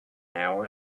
hour